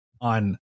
on